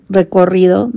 recorrido